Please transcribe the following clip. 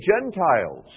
Gentiles